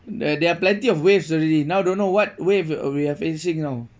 uh there are there are plenty of waves already now don't know what wave we are facing now